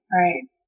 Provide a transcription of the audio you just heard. right